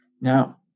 Now